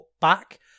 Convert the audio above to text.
back